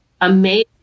amazing